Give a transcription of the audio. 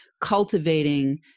cultivating